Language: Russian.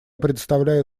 предоставляю